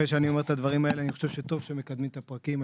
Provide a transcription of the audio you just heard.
אני חושב שטוב שמקדמים את הפרקים.